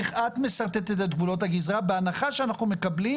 איך את משרטטת את גבולות הגזרה בהנחה שאנחנו מקבלים